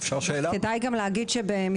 שמי שירה אהרונסון מעמותת מטב.